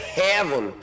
heaven